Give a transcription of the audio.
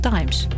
Times